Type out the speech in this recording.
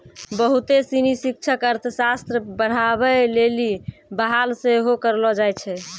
बहुते सिनी शिक्षक अर्थशास्त्र पढ़ाबै लेली बहाल सेहो करलो जाय छै